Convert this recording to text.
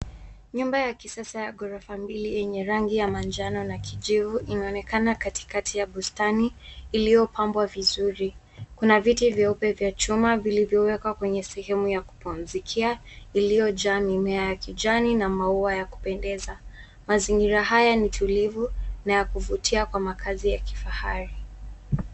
Nyumba ya kisasa ya ghorofa mbili yenye rangi ya manjano na kijivu inaonekana katikati ya bustani iliyopambwa vizuri. Kuna viti vyeupe vya chuma vilivyowekwa kwenye sehemu ya kupumzikia iliyojaa mimea ya kijani na maua ya kupendeza. Mazingira haya ni tulivu na ya kuvutia kwa makazi ya kifahari.